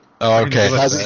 Okay